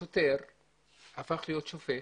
השוטר הפך להיות שופט,